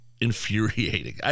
infuriating